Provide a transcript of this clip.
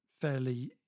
fairly